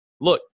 look